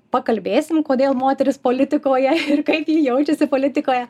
pakalbėsim kodėl moteris politikoje ir kaip ji jaučiasi politikoje